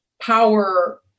Power